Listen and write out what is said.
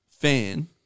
fan